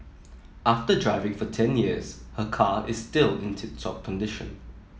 after driving for ten years her car is still in tip top condition